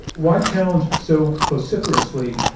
why challenge so vociferously,